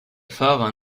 fahrer